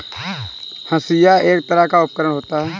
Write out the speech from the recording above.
हंसिआ एक तरह का उपकरण होता है